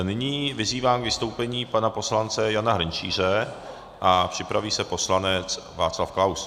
Nyní vyzývám k vystoupení pana poslance Jana Hrnčíře a připraví se poslanec Václav Klaus.